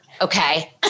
okay